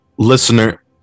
Listener